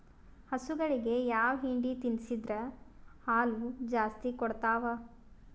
ಹಸುಗಳಿಗೆ ಯಾವ ಹಿಂಡಿ ತಿನ್ಸಿದರ ಹಾಲು ಜಾಸ್ತಿ ಕೊಡತಾವಾ?